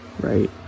right